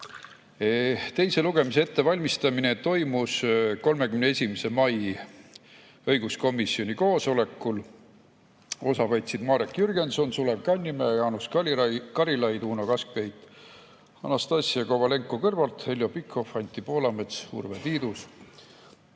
jaoks. Teise lugemise ettevalmistamine toimus 31. mai õiguskomisjoni koosolekul. Osa võtsid Marek Jürgenson, Sulev Kannimäe, Jaanus Karilaid, Uno Kaskpeit, Anastassia Kovalenko-Kõlvart, Heljo Pikhof, Anti Poolamets ja Urve Tiidus.